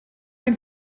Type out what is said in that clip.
den